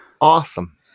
Awesome